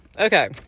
Okay